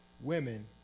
women